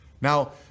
Now